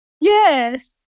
Yes